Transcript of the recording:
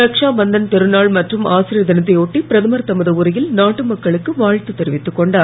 ரக்ஷாபந்தன் திருநாள் மற்றும் ஆசிரியர் தினத்தையொட்டி பிரதமர் தமது உரையில் நாட்டு மக்களுக்கு வாழ்த்து தெரிவித்துக் கொண்டார்